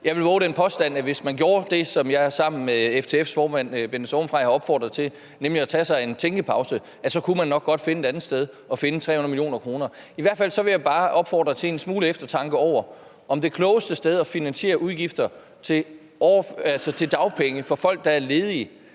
Jeg vil vove den påstand, at hvis man gjorde det, som jeg sammen med FTF's formand, Bente Sorgenfrey, har opfordret til, nemlig at tage sig en tænkepause, så kunne man nok godt finde et andet sted at finde 300 mio. kr. I hvert fald vil jeg bare opfordre til en smule eftertanke om, om den klogeste måde at finansiere udgifter til dagpenge til folk, der er ledige,